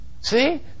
See